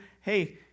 Hey